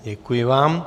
Děkuji vám.